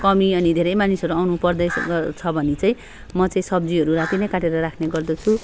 कमी अनि धेरै मानिसहरू आउनुपर्दैछ भने चाहिँ म चाहिँ सब्जीहरू राति नै काटेर राख्ने गर्दछु